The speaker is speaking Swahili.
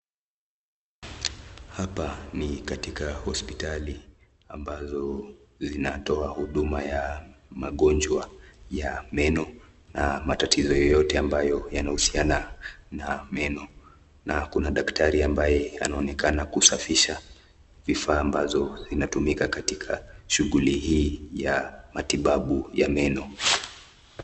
Hapa ni katika hosiptali ambazo zinatoa huduma ya magonjwa ya meno na matatizo yoyote ambayo yanahusiana na meno na kuna daktari ambaye anaonekana kusafisha vifaa ambazo inatumika katika shughuli hii ya matibabu ya meno.